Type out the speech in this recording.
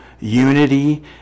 unity